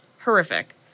Horrific